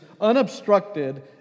unobstructed